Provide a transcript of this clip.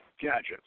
gadgets